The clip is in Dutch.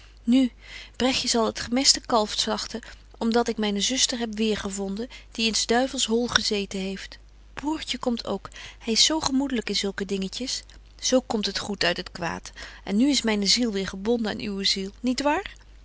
nu bregtje zal het gemeste kalf slagten om dat ik myne zuster heb weêr gevonden die in s duivels hol gezeten heeft broertje komt ook hy is zo gemoedelyk in zulke dingetjes zo komt het goed uit het kwaad en nu is myne ziel weêr gebonden aan uwe ziel niet waar